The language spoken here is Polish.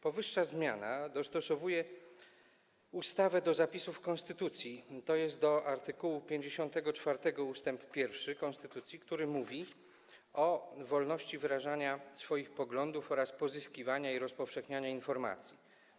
Powyższa zmiana dostosowuje ustawę do zapisów konstytucji, tj. do art. 54 ust. 1 konstytucji, który mówi o wolności wyrażania swoich poglądów oraz pozyskiwania i rozpowszechniania informacji.